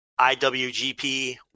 IWGP